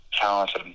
talented